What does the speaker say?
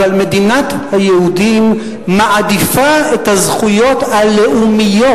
אבל מדינת היהודים מעדיפה את הזכויות הלאומיות